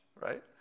right